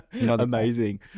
Amazing